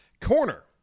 corner